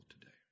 today